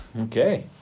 Okay